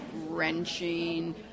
wrenching